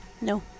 No